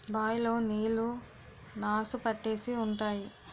bye లో నీళ్లు నాసు పట్టేసి ఉంటాయి